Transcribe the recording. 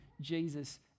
Jesus